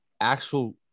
actual –